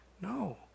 No